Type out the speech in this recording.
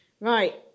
Right